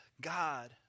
God